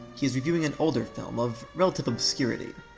he is reviewing an older film of relative obscurity,